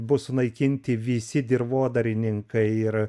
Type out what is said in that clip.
bus sunaikinti visi dirvodarininkai ir